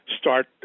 start